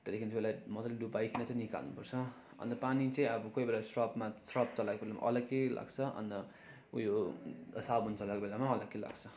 त्यहाँदेखिन् त्यसलाई मजाले डुबाइकन चाहिँ निकाल्नुपर्छ अन्त पानी चाहिँ अब कोही बेला सर्फमा सर्फ चलाइकन अलग्गै लाग्छ अन्त उयो साबुन चलाएको बेलामा अलग्गै लाग्छ